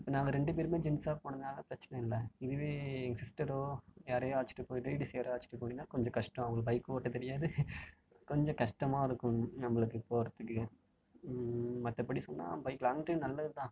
இப்போ நாங்கள் ரெண்டு பேருமே ஜென்ஸாக போனதுனால் பிரச்சனை இல்லை இதுவே எங்கள் சிஸ்டரோ யாரையோ அழைச்சிட்டுப் போயிவிட்டு லேடீஸ் யாராவது அழைச்சிட்டுப் போனீங்கன்னா கொஞ்சம் கஷ்டம் அவங்களுக்கு பைக் ஓட்டத் தெரியாது கொஞ்சம் கஷ்டமாக இருக்கும் நம்பளுக்கு போகிறதுக்கு மற்றபடி சொன்னா பைக் லாங் ட்ரைவ் நல்லதுதான்